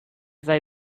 sei